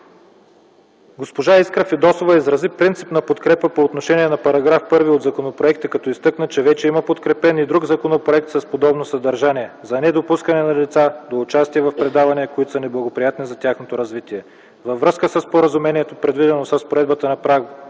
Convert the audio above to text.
Госпожа Искра Фидосова изрази принципна подкрепа по отношение на § 1 от законопроекта, като изтъкна, че вече има подкрепен и друг законопроект с подобно съдържание – за недопускане на деца до участие в предавания, които са неблагоприятни за тяхното развитие. Във връзка със споразумението, предвидено с разпоредбата на § 2,